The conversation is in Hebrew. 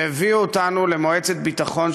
שהביאו אותנו למועצת ביטחון,